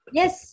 yes